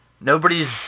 Nobody's